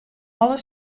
alle